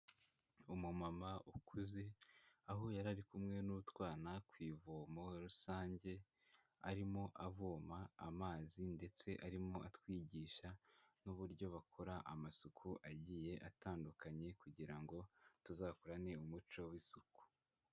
Umumama ukuze aho yari ari kumwe n'utwana ku ivomo rusange, arimo avoma amazi ndetse arimo atwigisha n'uburyo bakora amasuku agiye atandukanye kugira ngo tuzakurane umuco w'isuku.